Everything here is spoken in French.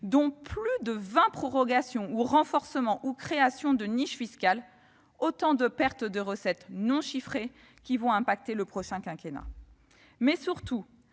dont plus de 20 prorogations, renforcements ou créations de niches fiscales- autant de pertes de recettes non chiffrées qui auront un impact sur le prochain quinquennat. Mais ce sont